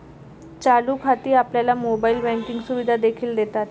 चालू खाती आपल्याला मोबाइल बँकिंग सुविधा देखील देतात